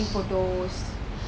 taking photos